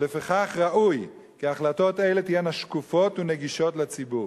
ולפיכך ראוי כי החלטות אלה תהיינה שקופות ונגישות לציבור.